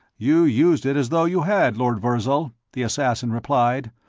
you used it as though you had, lord virzal, the assassin replied.